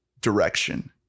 direction